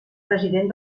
president